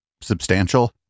substantial